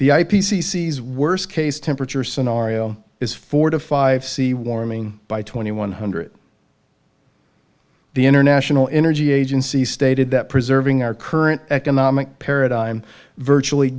is worst case temperature scenario is four to five sea warming by twenty one hundred the international energy agency stated that preserving our current economic paradigm virtually